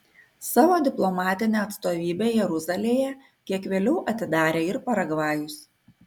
savo diplomatinę atstovybę jeruzalėje kiek vėliau atidarė ir paragvajus